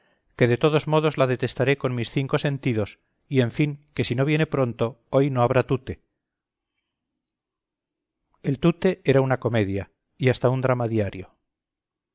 que de todos modos la detestaré con mis cinco sentidos y en fin que si no viene pronto hoy no habrá tute el tute era una comedia y hasta un drama diario